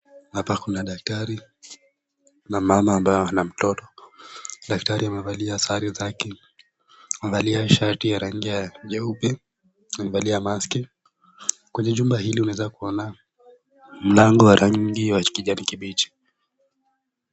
Hapa kuna daktari na mama ambaye akona mtoto. Daktari amevalia sare zake, amevalia shati ya rangi ya jeupe na amevalia mask . Kwenye jumba hili unaeza kuona mlango wa rangi wa kijani kibichi.